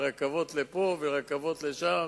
ורכבות לפה ורכבות לשם.